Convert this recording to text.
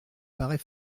paraît